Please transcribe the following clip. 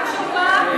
אני מבקשת גם תשובה,